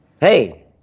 Hey